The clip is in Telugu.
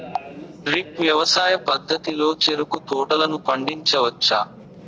డ్రిప్ వ్యవసాయ పద్ధతిలో చెరుకు తోటలను పండించవచ్చా